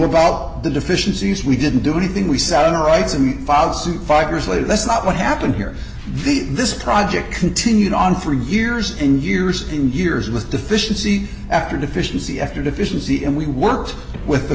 about the deficiencies we didn't do anything we sat on our rights and filed suit five years later that's not what happened here the this project continued on for years and years and years with deficiency after deficiency after deficiency and we worked with the